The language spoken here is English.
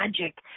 magic